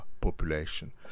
population